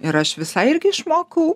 ir aš visai irgi išmokau